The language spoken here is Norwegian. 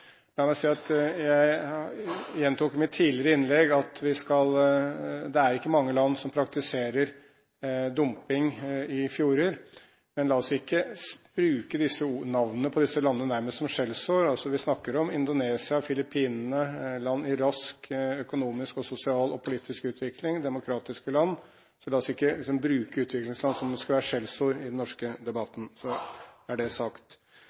jeg sa i mitt tidligere innlegg, at det ikke er mange land som praktiserer dumping i fjorder, men la oss ikke bruke navnene på disse landene nærmest som skjellsord. Vi snakker om Indonesia og Filippinene, land i rask økonomisk, sosial og politisk utvikling – demokratiske land. La oss ikke bruke utviklingsland som skjellsord i den norske debatten. Så er det sagt. Jeg takker for en veldig god debatt – god interpellasjon, spennende debatt og også bred enighet. Vi hadde det